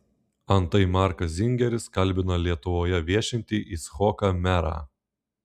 antai markas zingeris kalbina lietuvoje viešintį icchoką merą